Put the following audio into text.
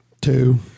Two